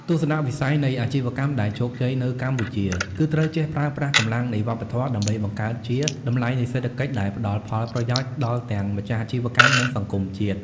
ទស្សនវិស័យនៃអាជីវកម្មដែលជោគជ័យនៅកម្ពុជា គឺត្រូវចេះប្រើប្រាស់ "កម្លាំងនៃវប្បធម៌" ដើម្បីបង្កើតជា "តម្លៃនៃសេដ្ឋកិច្ច" ដែលផ្តល់ផលប្រយោជន៍ដល់ទាំងម្ចាស់អាជីវកម្ម និងសង្គមជាតិ។